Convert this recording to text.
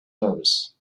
nervous